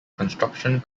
construction